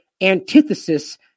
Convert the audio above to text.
antithesis